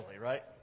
right